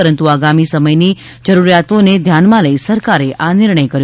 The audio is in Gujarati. પરંતુ આગામી સમયની જરૂરિયાતોને ધ્યાનમાં લઇ સરકારે આ નિર્ણય કર્યો છે